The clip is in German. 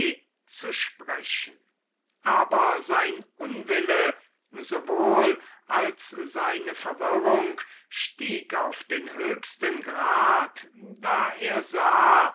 zu sprechen und sein unwille sowohl als seine verwirrung stieg auf den äußersten grad da ein satyr mäßiges